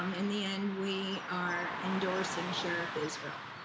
um in the end we are endorsing sheriff israel.